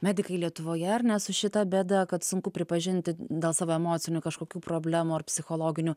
medikai lietuvoje ar ne su šita bėda kad sunku pripažinti dėl savo emocinių kažkokių problemų ar psichologinių